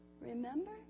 Remember